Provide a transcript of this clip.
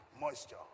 moisture